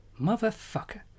Motherfucker